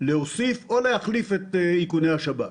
או להחליף את איכוני השב"כ.